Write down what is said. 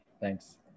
thanks